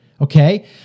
okay